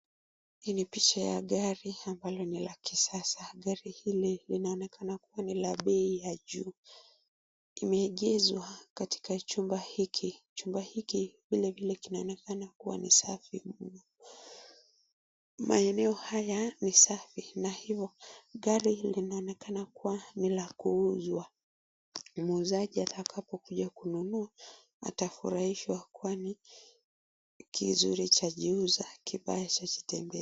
Hili ni picha la gari ambayo ni ya kisasa. Gari hili linaonekana kuwa ni la bei ya juu limeegeshwa kaika chumba hiki. Chumba hiki vile vile kinaonekana kuwa ni safi mno. Maeneo haya ni safi na hivyo gari linaonekana kuwa ni la kuuzwa. Muuzaji atakapo kuja kununua atafurahishwa kwani kizuri cha jiuza kibaya cha jitembeza.